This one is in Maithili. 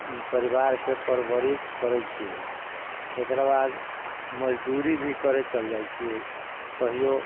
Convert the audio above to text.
परिवार के परवरिश करै छियै एकरा बाद मजदूरी भी करऽ चल जाइ छियै कहियो